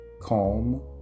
calm